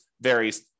varies